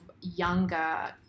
younger